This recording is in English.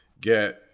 get